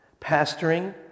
Pastoring